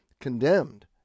condemned